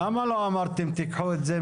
נגיד, סתם, משרד הבריאות והכבאות לא רוצים.